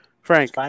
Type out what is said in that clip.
Frank